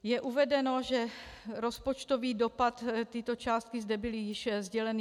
Je uvedeno, že rozpočtový dopad tyto částky zde byly již sděleny.